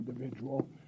individual